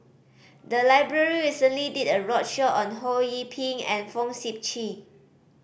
the library recently did a roadshow on Ho Yee Ping and Fong Sip Chee